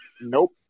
Nope